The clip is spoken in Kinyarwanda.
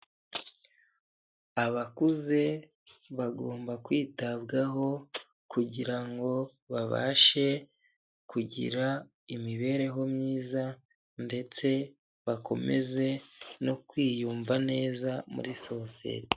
Abakuze bagomba kwitabwaho kugira ngo babashe kugira imibereho myiza ndetse bakomeze no kwiyumva neza muri sosiyete.